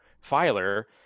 filer